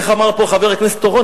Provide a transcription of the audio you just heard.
איך אמר פה חבר הכנסת אורון,